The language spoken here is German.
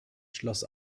schloss